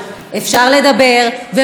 אפשר לדבר, ומדברים.